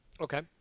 Okay